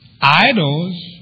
idols